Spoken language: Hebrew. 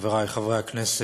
אין נמנעים.